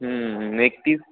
एकतीस